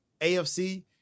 AFC